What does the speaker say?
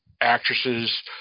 actresses